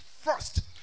first